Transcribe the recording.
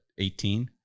18